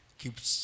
keeps